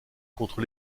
contre